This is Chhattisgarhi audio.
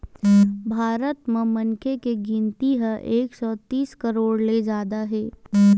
भारत म मनखे के गिनती ह एक सौ तीस करोड़ ले जादा हे